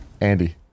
Andy